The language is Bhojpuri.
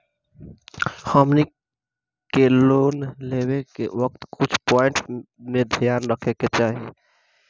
हमनी के लोन लेवे के वक्त कुछ प्वाइंट ध्यान में रखे के चाही